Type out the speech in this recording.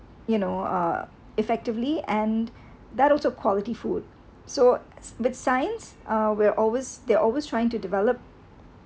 you know uh effectively and that also quality food so with science uh we're always they're always trying to develop